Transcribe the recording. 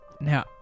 Now